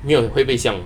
没有会不会香